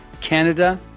canada